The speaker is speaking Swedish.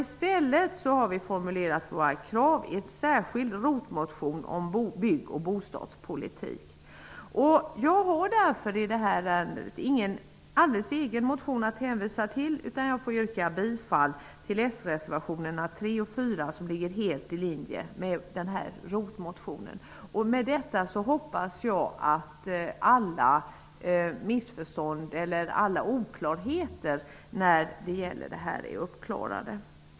I stället har vi formulerat våra krav i en särskild ROT-motion om bygg och bostadspolitik. Jag har därför ingen egen motion i det här ärendet att hänvisa till, utan jag får yrka bifall till s-reservationerna 3 och 4, som ligger helt i linje med vår ROT-motion. Med detta hoppas jag att alla oklarheter är uppklarade.